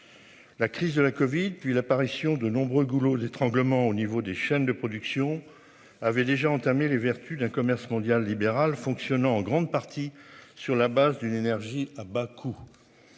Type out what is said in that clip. La crise de la Covid depuis l'apparition de nombreux goulot d'étranglement au niveau des chaînes de production. Avait déjà entamé les vertus d'un commerce mondial libéral fonctionnant en grande partie sur la base d'une énergie à bas coût.